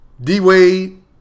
D-Wade